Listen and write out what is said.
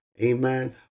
Amen